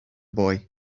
boy